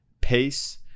pace